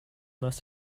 most